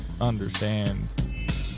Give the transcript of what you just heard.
understand